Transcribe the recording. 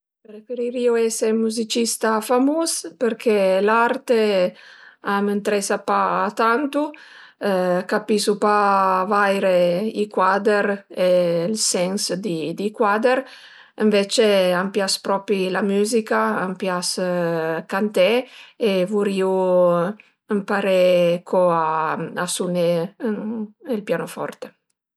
Preferirìu ese ün muzicista famus përché l'arte a m'entresa pa tantu, capisu pa vaire i cuader e ël sens di cuader, ënvecce a m'pias propi la müzica, am'pias canté e vurìu co ëmparé a suné ël pianoforte